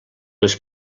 les